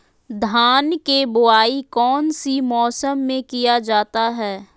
धान के बोआई कौन सी मौसम में किया जाता है?